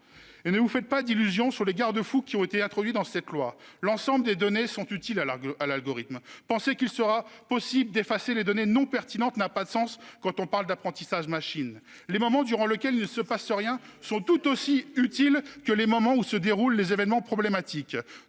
Ne vous faites pas d'illusion sur les garde-fous qui ont été introduits dans cette loi. L'ensemble des données sont utiles à l'algorithme : croire qu'il sera possible d'effacer les données non pertinentes n'a pas de sens quand on parle d'« apprentissage machine ». Les moments durant lesquels il ne se passe rien sont tout aussi utiles que ceux où se déroulent les événements problématiques,